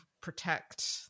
protect